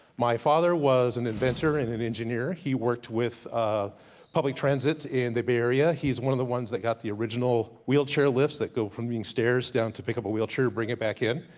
my father was an inventor and an engineer. he worked with public transit in the bay area. he's one of the ones that got the original wheelchair lifts, that go from being stairs down to pick up a wheelchair, bring it back in.